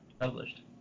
published